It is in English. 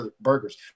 burgers